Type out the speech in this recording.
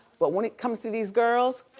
but when it comes to these girls,